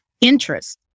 interest